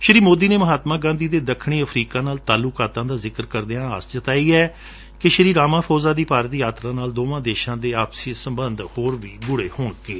ਸ੍ਰੀ ਮੋਦੀ ਨੇ ਮਹਾਤਮਾ ਗਾਂਧੀ ਦੇ ਦੱਖਣੀ ਅਫਰੀਕਾ ਨਾਲ ਖਾਸ ਤਾਲੁਕਾਤਾਂ ਦਾ ਜ਼ਿਕਰ ਕਰਦਿਆਂ ਆਸ ਜਤਾਈ ਕਿ ਸੀ ਰਾਮ ਫਾਂਜ਼ਾ ਦੀ ਭਾਰਤ ਯਾਤਰਾਂ ਨਾਲ ਦੋਵਾਂ ਦੇਸ਼ਾਂ ਦੇ ਆਪਸੀ ਸਬੰਧ ਹੋਰ ਵੀ ਗਾੜੇ ਹੋਣਗੇ